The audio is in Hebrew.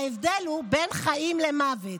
ההבדל הוא בין חיים למוות.